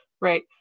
right